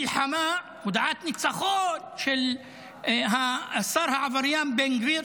מלחמה, הודעת ניצחון של השר העבריין בן גביר